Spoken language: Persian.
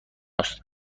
است